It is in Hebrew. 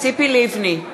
ציפי לבני,